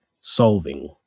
solving